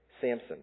Samson